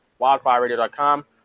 WildfireRadio.com